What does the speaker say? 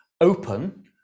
open